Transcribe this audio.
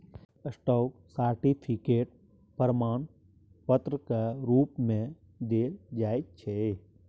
stock certificate प्रमाण पत्रक रुप मे देल जाइ छै